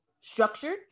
structured